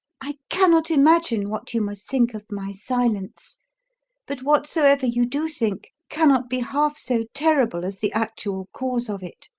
i cannot imagine what you must think of my silence but whatsoever you do think cannot be half so terrible as the actual cause of it.